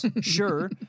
sure